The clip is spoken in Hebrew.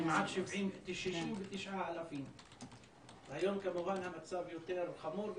כמעט 69,000. היום כמובן שהמצב יותר חמור,